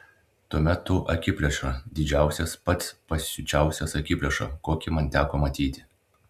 tuomet tu akiplėša didžiausias pats pasiučiausias akiplėša kokį man teko matyti